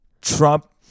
trump